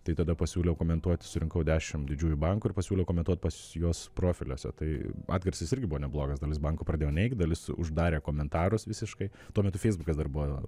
tai tada pasiūliau komentuoti surinkau dešim didžiųjų bankų ir pasiūliau komentuot pas juos profiliuose tai atgarsis irgi buvo neblogas dalis bankų pradėjo neigt dalis uždarė komentarus visiškai tuo metu feisbukas dar buvo